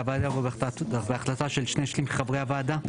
הוועדה' יבוא 'בהחלטה של שני שליש מחברי הוועדה'.